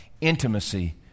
intimacy